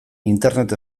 internet